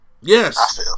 Yes